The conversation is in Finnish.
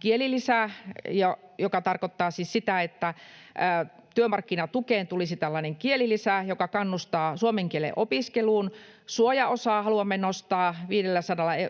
Kielilisä, joka tarkoittaa siis sitä, että työmarkkinatukeen tulisi tällainen kielilisä, joka kannustaa suomen kielen opiskeluun. Suojaosaa haluamme nostaa